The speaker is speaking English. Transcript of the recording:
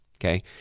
okay